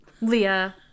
leah